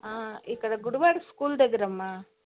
ఇక్కడ good words school దగ్గర అమ్మ